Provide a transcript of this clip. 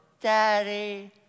Daddy